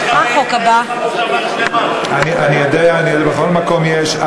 אני יודע, בכל מקום יש.